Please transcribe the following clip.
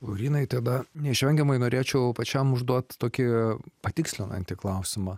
laurynai tada neišvengiamai norėčiau pačiam užduot tokį patikslinantį klausimą